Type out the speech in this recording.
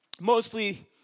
mostly